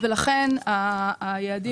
לכן היעדים,